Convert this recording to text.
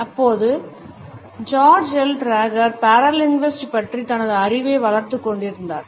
அப்போது George Trager paralinguistics பற்றி தனது அறிவை வளர்த்துக் கொண்டிருக்கிறார்